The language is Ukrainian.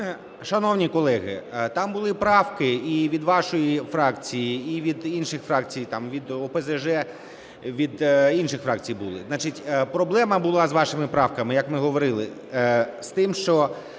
Шановні колеги, там були правки і від вашої фракції, і від інших фракцій, там від ОПЗЖ, від інших фракцій були. Значить, проблема була з вашими правками, як ми говорили, з тим, що